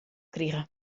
krige